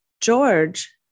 george